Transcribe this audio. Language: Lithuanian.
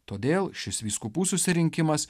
todėl šis vyskupų susirinkimas